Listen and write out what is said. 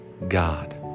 God